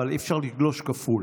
אבל אי-אפשר לגלוש כפול.